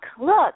look